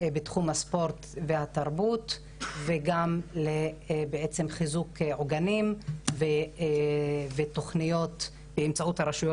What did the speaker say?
בתחום הספורט והתרבות וגם לחיזוק עוגנים בתוכניות באמצעות הרשויות